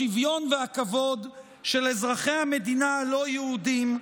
השוויון והכבוד של אזרחי המדינה הלא-יהודים,